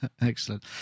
excellent